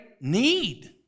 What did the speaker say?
need